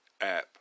app